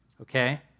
okay